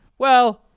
well,